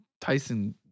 Tyson